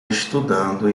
estudando